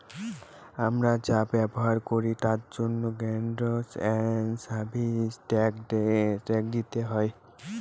আমরা যা ব্যবহার করি তার জন্য গুডস এন্ড সার্ভিস ট্যাক্স দিতে হয়